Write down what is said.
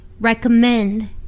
Recommend